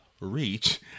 Reach